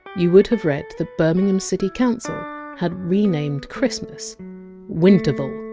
you would have read that birmingham city council had renamed christmas winterval